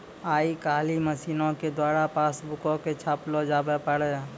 आइ काल्हि मशीनो के द्वारा पासबुको के छापलो जावै पारै